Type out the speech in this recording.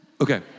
Okay